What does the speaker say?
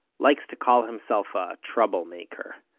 likes to call himself a troublemaker.